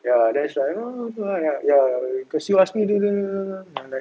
ya that's why lor ya ya cause you ask me do the like